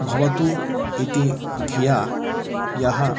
भवतु इति धिया यः